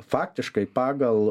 faktiškai pagal